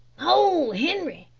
ho! henri,